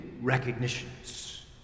recognitions